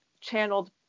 channeled